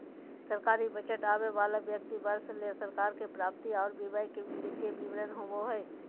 सरकारी बजट आवे वाला वित्तीय वर्ष ले सरकार के प्राप्ति आर व्यय के वित्तीय विवरण होबो हय